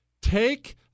Take